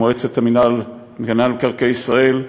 עם מועצת מקרקעי ישראל.